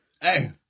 Hey